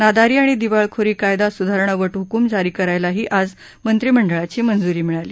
नादारी आणि दिवाळखोरी कायदा सुधारणा वटहक्म जारी करायलाही आज मंत्रिमंडळाची मंज्री मिळाली